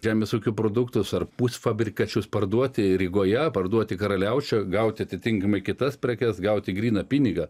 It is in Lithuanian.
žemės ūkio produktus ar pusfabrikačius parduoti rygoje parduoti karaliaučiuj gauti atitinkamai kitas prekes gauti gryną pinigą